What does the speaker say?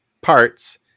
parts